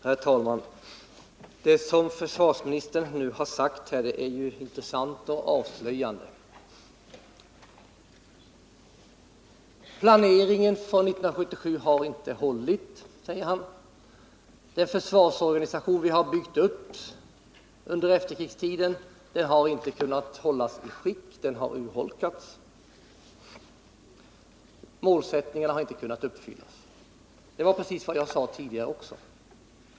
Herr talman! Det som försvarsministern nu sagt är intressant och avslöjande. Han framhåller att planeringen från 1977 inte har följts, att den försvarsorganisation vi har byggt upp under efterkrigstiden inte har kunnat hållas i skick utan har urholkats och vidare att de uppsatta målen inte har kunnat nås. Det är också precis vad jag tidigare sade.